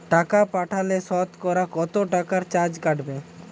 টাকা পাঠালে সতকরা কত টাকা চার্জ কাটবে?